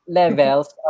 levels